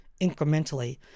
incrementally